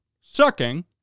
sucking